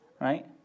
right